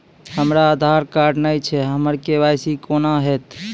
हमरा आधार कार्ड नई छै हमर के.वाई.सी कोना हैत?